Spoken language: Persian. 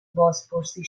بازپرسی